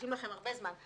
מקדישים לכם הרבה זמן.